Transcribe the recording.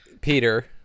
Peter